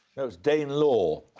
it was dane law.